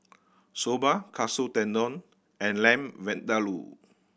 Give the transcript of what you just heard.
Soba Katsu Tendon and Lamb Vindaloo